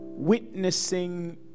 Witnessing